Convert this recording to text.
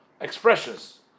expressions